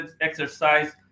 exercise